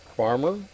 Farmer